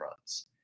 runs